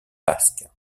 basque